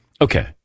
Okay